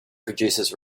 producers